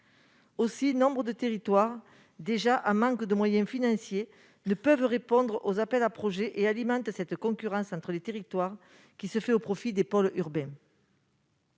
Ainsi, nombre de territoires en manque de moyens financiers ne peuvent répondre aux appels à projets, ce qui alimente la concurrence entre territoires, au profit des pôles urbains.